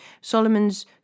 Solomon's